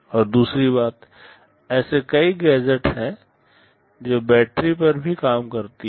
और दूसरी बात ऐसे कई गैजेट हैं जो बैटरी पर भी काम करते हैं